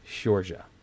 Georgia